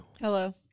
Hello